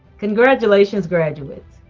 congratulations graduates,